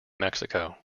mexico